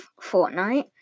Fortnite